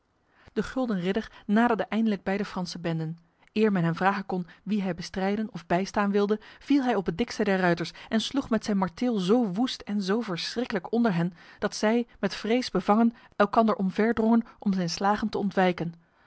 de gulden ridder naderde eindelijk bij de franse benden eer men hem vragen kon wie hij bestrijden of bijstaan wilde viel hij op het dikste der ruiters en sloeg met zijn marteel zo woest en zo verschriklijk onder hen dat zij met vrees bevangen elkander omverdrongen om zijn slagen te ontwijken